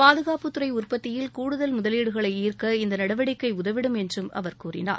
பாதுகாப்புத் துறை உற்பத்தியில் கூடுதல் முதலீடுகளை ஈர்க்க இந்த நடவடிக்கை உதவிடும் என்றும் அவர் கூறினார்